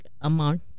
amount